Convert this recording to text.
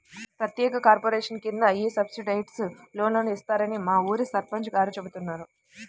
ప్రత్యేక కార్పొరేషన్ కింద ఈ సబ్సిడైజ్డ్ లోన్లు ఇస్తారని మా ఊరి సర్పంచ్ గారు చెబుతున్నారు